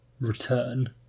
return